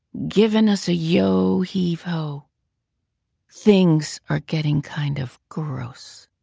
given us a yo, heave ho things are getting kind of grossand